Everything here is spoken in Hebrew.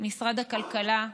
משרד הכלכלה,